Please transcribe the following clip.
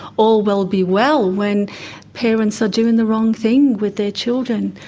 all will be well when parents are doing the wrong thing with their children.